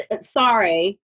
sorry